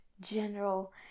general